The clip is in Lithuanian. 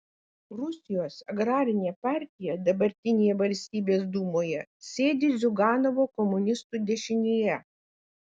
rusijos agrarinė partija dabartinėje valstybės dūmoje sėdi ziuganovo komunistų dešinėje